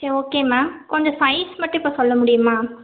சரி okay ma'am கொஞ்சம் size மட்டும் இப்போ சொல்ல முடியுமா